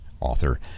author